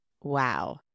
wow